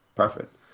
perfect